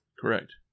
Correct